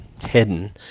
hidden